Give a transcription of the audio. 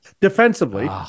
defensively